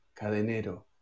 cadenero